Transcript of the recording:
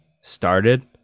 started